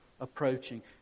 approaching